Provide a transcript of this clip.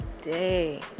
day